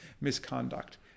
misconduct